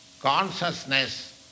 consciousness